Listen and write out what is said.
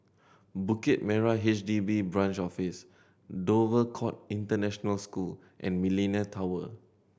Bukit Merah H D B Branch Office Dover Court International School and Millenia Tower